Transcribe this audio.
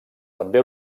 també